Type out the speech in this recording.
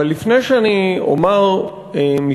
אבל לפני שאני אומר משפט,